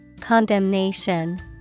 Condemnation